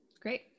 Great